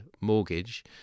mortgage